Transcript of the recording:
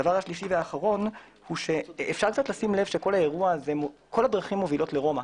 הדבר השלישי והאחרון - כל הדרכים מובילות לרומא.